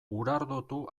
urardotu